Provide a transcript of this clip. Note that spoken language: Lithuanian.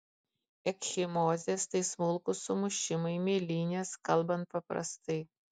ekchimozės tai smulkūs sumušimai mėlynės kalbant paprastai